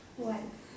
what